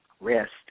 rest